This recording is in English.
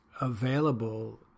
available